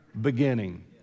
beginning